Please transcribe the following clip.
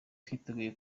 twiteguye